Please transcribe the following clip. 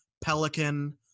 Pelican